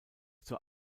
zur